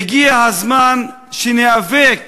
והגיע הזמן שניאבק,